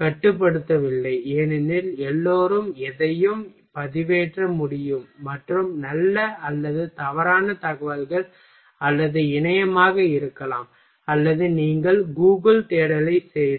கட்டுப்படுத்தவில்லை ஏனெனில் எல்லோரும் எதையும் பதிவேற்ற முடியும் மற்றும் நல்ல அல்லது தவறான தகவல் அல்லது இணையமாக இருக்கலாம் அல்லது நீங்கள் கூகிள் தேடலைச் செய்தால்